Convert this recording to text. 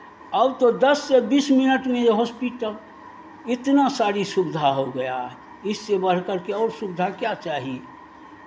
और तो दस से बीस मिनट में ये हॉस्पिटल इतना सारी सुविधा हो गया है इससे बढ़कर के और सुविधा क्या चाहिए